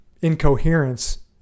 incoherence